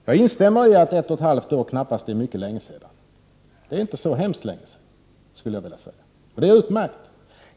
Jag instämmer i att ett och ett halvt år knappast är mycket länge sedan — det är inte så hemskt länge sedan, skulle jag vilja säga, och det är utmärkt.